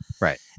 Right